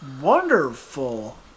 wonderful